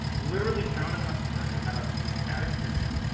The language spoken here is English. literally found a customer that had a bad experience,